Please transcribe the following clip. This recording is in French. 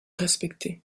respecter